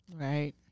Right